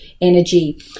energy